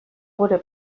gure